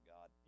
God